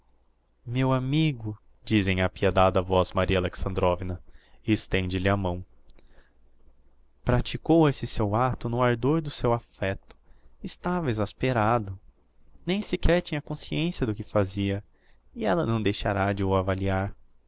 meu amigo diz em apiedada voz maria alexandrovna e estende lhe a mão praticou esse seu acto no ardor do seu affecto estava exasperado nem sequer tinha consciencia do que fazia e ella não deixará de o avaliar